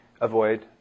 avoid